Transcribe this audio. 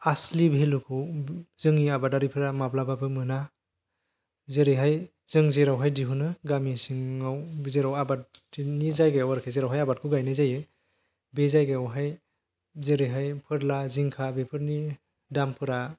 आसलि भेलुखौ जोंनि आबादारिफ्रा माब्लाबाबो मोना जेरैहाय जों जेरावहाय दिहुनो गामि सिङाव जेराव आबादनि जायगायाव आरोखि जेराव आबादखौ गायनाय जायो बे जायगायावहाय जेरैहाय फोरला जिंखा बेफोरनि दामफोरा